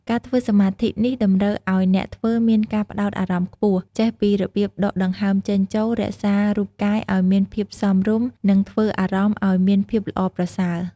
ការធ្វើសមាធិនេះ តម្រូវឲ្យអ្នកធ្វើមានការផ្ដោតអារម្មណ៍ខ្ពស់ ចេះពីរបៀបដកដង្ហើមចេញចូល រក្សារូបកាយឲ្យមានភាពសមរម្យ និងធ្វើអារម្មណ៍ឲ្យមានភាពល្អប្រសើរ។